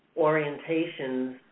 orientations